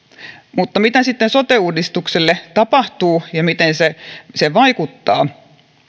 mutta mitä sitten sote uudistukselle tapahtuu ja miten se se vaikuttaa